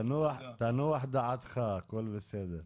תנוח דעתך, הכל בסדר.